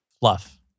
fluff